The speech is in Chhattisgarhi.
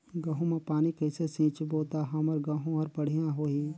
गहूं म पानी कइसे सिंचबो ता हमर गहूं हर बढ़िया होही?